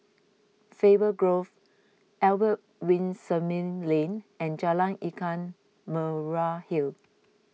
Faber Grove Albert Winsemius Lane and Jalan Ikan Merah Hill